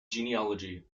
genealogy